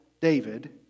David